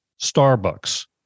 Starbucks